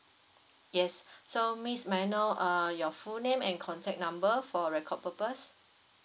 yes so miss may I know err your full name and contact number for record purpose